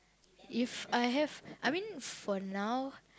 if I have I mean for now